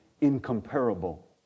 incomparable